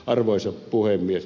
arvoisa puhemies